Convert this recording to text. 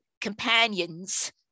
companions